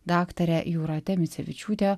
daktare jūrate micevičiūte